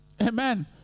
Amen